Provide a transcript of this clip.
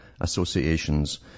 associations